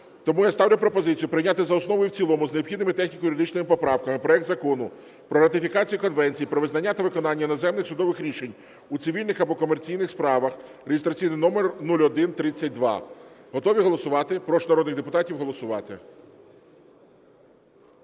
Тому я ставлю пропозицію прийняти за основу і в цілому з необхідними техніко-юридичними поправками проект Закону про ратифікацію Конвенції про визначення та виконання іноземних судових рішень у цивільних або комерційних справах (реєстраційний номер 0132). Готові голосувати? Прошу народних депутатів голосувати.